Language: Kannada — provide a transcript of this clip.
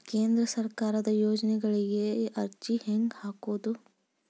ಕೇಂದ್ರ ಸರ್ಕಾರದ ಯೋಜನೆಗಳಿಗೆ ಅರ್ಜಿ ಹೆಂಗೆ ಹಾಕೋದು?